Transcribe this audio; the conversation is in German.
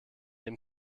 dem